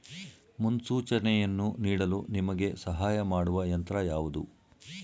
ಮುನ್ಸೂಚನೆಯನ್ನು ನೀಡಲು ನಿಮಗೆ ಸಹಾಯ ಮಾಡುವ ಯಂತ್ರ ಯಾವುದು?